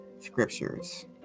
scriptures